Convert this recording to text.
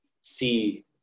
see